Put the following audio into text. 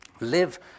live